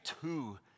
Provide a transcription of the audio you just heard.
two